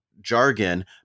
jargon